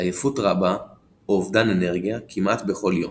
עייפות רבה או אובדן אנרגיה, כמעט בכל יום.